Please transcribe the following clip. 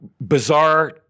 bizarre